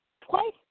Twice